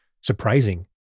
surprising